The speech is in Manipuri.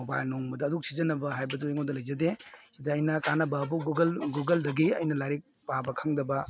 ꯃꯣꯕꯥꯏꯜ ꯅꯣꯡꯃꯗ ꯑꯗꯨꯝ ꯁꯤꯖꯤꯟꯅꯕ ꯍꯥꯏꯕꯗꯨ ꯑꯩꯉꯣꯟꯗ ꯂꯩꯖꯗꯦ ꯁꯤꯗ ꯑꯩꯅ ꯀꯥꯟꯅꯕ ꯍꯥꯏꯕꯨ ꯒꯨꯒꯜꯗꯒꯤ ꯑꯩꯅ ꯂꯥꯏꯔꯤꯛ ꯄꯥꯕ ꯈꯪꯗꯕ